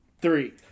three